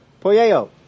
Poyeo